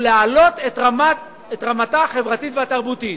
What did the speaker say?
ולהעלות את רמתה החברתית והתרבותית".